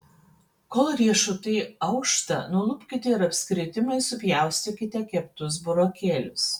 kol riešutai aušta nulupkite ir apskritimais supjaustykite keptus burokėlius